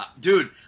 Dude